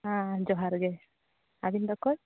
ᱦᱮᱸ ᱡᱚᱦᱟᱨ ᱜᱮ ᱟᱹᱵᱤᱱ ᱫᱚ ᱚᱠᱚᱭ